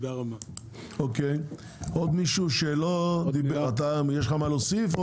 יש עוד מישהו שלא דיבר ויש לו מה להוסיף?